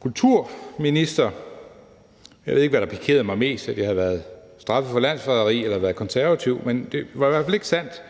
kulturminister. Jeg ved ikke, hvad der pikerede mig mest: at jeg har været straffet for landsforræderi, eller at jeg har været konservativ. Men det var i hvert fald ikke sandt